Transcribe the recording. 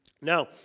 Now